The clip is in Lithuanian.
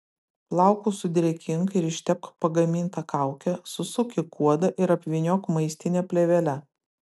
plaukus sudrėkink ir ištepk pagaminta kauke susuk į kuodą ir apvyniok maistine plėvele